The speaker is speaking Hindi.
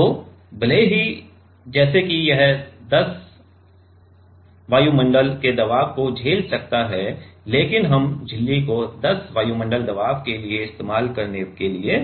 तो भले ही जैसे कि यह 10 वायुमंडल के दबाव को झेल सकता है लेकिन हम झिल्ली को 10 वायुमंडल दबाव के लिए इस्तेमाल करने के लिए